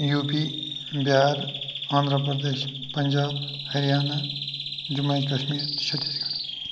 U P Bihar Andhra Pradesh Punjab Haryana Jammu and Kashmir چھتیٖس گڈھ